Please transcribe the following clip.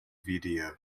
video